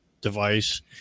device